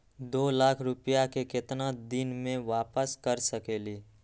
दो लाख रुपया के केतना दिन में वापस कर सकेली?